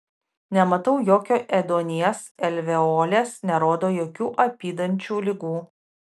nematau jokio ėduonies alveolės nerodo jokių apydančių ligų